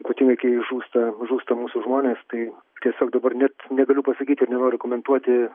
ypatingai kai žūsta žūsta mūsų žmonės tai tiesiog dabar net negaliu pasakyti ir nenoriu komentuoti